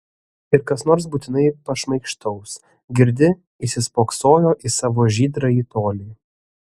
ir kas nors būtinai pašmaikštaus girdi įsispoksojo į savo žydrąjį tolį